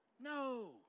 No